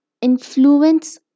influence